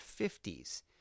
50s